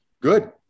good